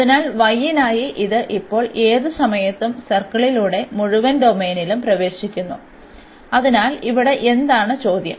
അതിനാൽ y നായി ഇത് ഇപ്പോൾ ഏത് സമയത്തും സർക്കിളിലൂടെ മുഴുവൻ ഡൊമെയ്നിലും പ്രവേശിക്കുന്നു അതിനാൽ ഇവിടെ എന്താണ് ചോദ്യം